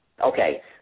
Okay